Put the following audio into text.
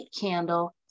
candle